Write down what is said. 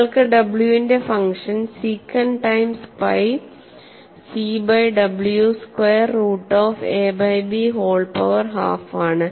നിങ്ങൾക്ക് w ന്റെ function secant times pi c by W square root of a by b whole power half ആണ്